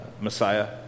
Messiah